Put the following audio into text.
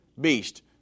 beast